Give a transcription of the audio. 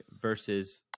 versus